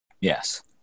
Yes